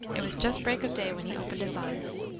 it was just break of day when he opened his eyes.